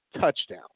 touchdown